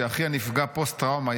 שאחיה נפגע פוסט-טראומה,